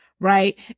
right